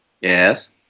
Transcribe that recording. Yes